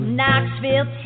Knoxville